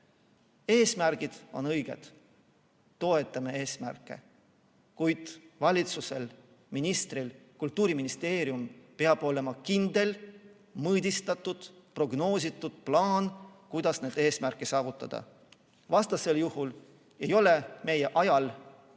Eesmärgid on õiged, me toetame neid eesmärke, kuid valitsusel, ministril ja Kultuuriministeeriumil peab olema kindel mõõdistatud ja prognoositud plaan, kuidas neid eesmärke saavutada. Vastasel juhul ei ole meie ajal,